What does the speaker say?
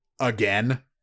again